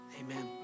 Amen